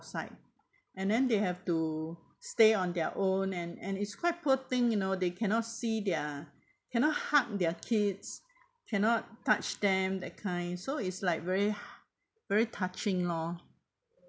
~side and then they have to stay on their own and and is quite poor thing you know they cannot see their cannot hug their kids cannot touch them that kind so is like very very touching lor